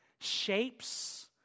shapes